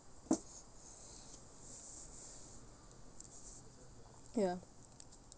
ya